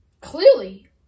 Clearly